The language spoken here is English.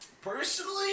Personally